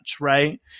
right